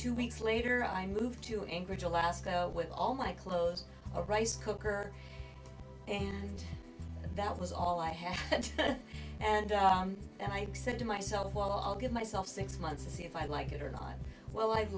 two weeks later i moved to encourage alaska with all my clothes a rice cooker and that was all i had and i said to myself well i'll give myself six months to see if i like it or not well i've